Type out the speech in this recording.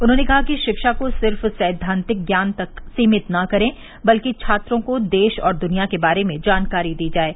उन्होंने कहा कि शिक्षा को सिर्फ सैद्वान्तिक ज्ञान तक सीमित न करे बल्कि छात्रों को देश और दुनिया के बारे में जानकारी दी जाये